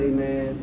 Amen